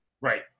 Right